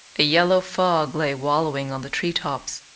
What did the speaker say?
a yellow fog lay wallowing on the treetops.